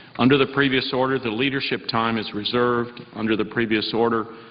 under the previous order the leadership time is reserved. under the previous order,